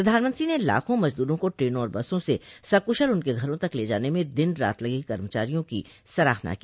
प्रधानमंत्री ने लाखों मजदूरों को ट्रेनों और बसों से सक्शल उनके घरों तक ले जाने में दिन रात लगे कर्मचारियों की सराहना की